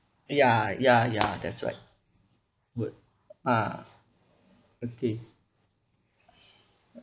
ya ya ya that's right would ah okay